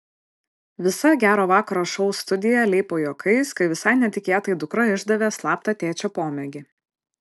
visa gero vakaro šou studija leipo juokais kai visai netikėtai dukra išdavė slaptą tėčio pomėgį